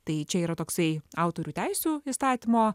tai čia yra toksai autorių teisių įstatymo